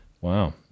wow